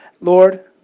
Lord